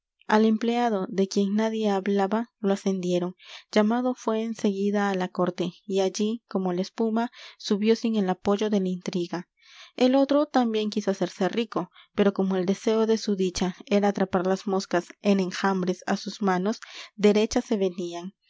l empleado de quien nadie hablaba lo ascendieron llamado fué en seguida á la corte y allí como la espuma subió sin el apoyo de la intriga el otro también quiso hacerse rico pero como el deseo de su dicha era atrapar las moscas en enjambres á sus manos derechas se venían